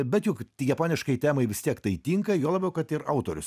bet juk japoniškai temai vis tiek tai tinka juo labiau kad ir autorius